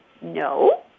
no